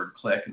click